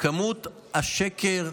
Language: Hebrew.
כמות השקר,